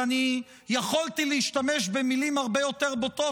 ואני יכולתי להשתמש במילים הרבה יותר בוטות,